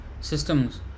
systems